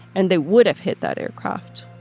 and they would have hit that aircraft,